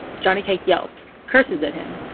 johnnycake yelps, curses at him,